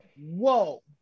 whoa